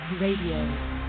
Radio